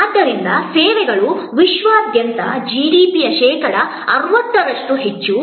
ಆದ್ದರಿಂದ ಸೇವೆಗಳು ವಿಶ್ವಾದ್ಯಂತ ಜಿಡಿಪಿಯ ಶೇಕಡಾ 60 ಕ್ಕಿಂತ ಹೆಚ್ಚು